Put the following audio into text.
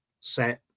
set